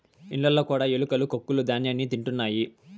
ఇండ్లలో కూడా ఎలుకలు కొక్కులూ ధ్యాన్యాన్ని తింటుంటాయి